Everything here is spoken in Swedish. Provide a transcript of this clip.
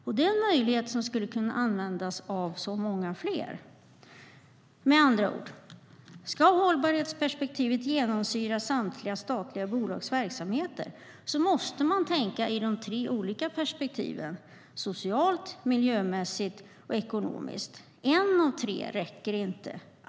Det är en möjlighet som skulle kunna användas av så många fler. Med andra ord: Ska hållbarhetsperspektivet genomsyra samtliga statliga bolags verksamheter måste man tänka socialt, miljömässigt och ekonomiskt. En av tre räcker inte.